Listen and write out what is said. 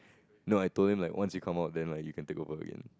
no I told them like once you come out then you can take over again